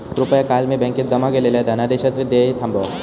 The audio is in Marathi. कृपया काल मी बँकेत जमा केलेल्या धनादेशाचे देय थांबवा